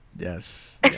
Yes